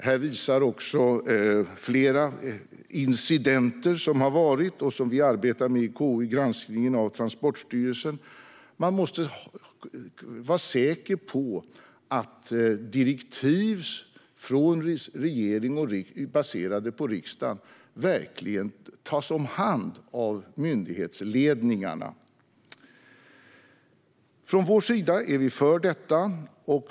Här visar också flera incidenter som har varit och som vi arbetar med i KU - jag tänker på granskningen av Transportstyrelsen - att man måste vara säker på att direktiv från regeringen baserade på riksdagen verkligen tas om hand av myndighetsledningarna. Från vår sida är vi för detta.